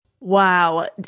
Wow